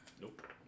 Nope